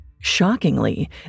Shockingly